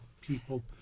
people